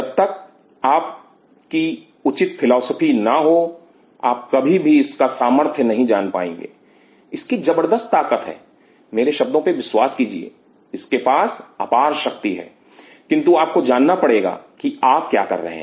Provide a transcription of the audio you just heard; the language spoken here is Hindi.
जब तक आपकी उचित फिलॉसफी ना हो आप कभी भी इसका सामर्थ नहीं जान पाएंगे इसकी जबरदस्त ताकत मेरे शब्दों पर विश्वास कीजिए इसके पास अपार शक्ति है किंतु आपको जानना पड़ेगा कि आप क्या कर रहे हैं